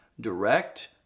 direct